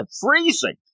freezing